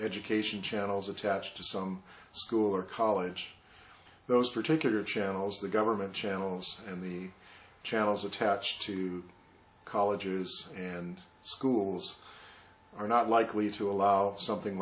education channels attached to some school or college those particular channels the government channels and the channels attached to colleges and schools are not likely to allow something